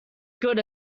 good